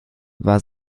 war